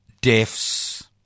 deaths